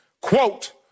quote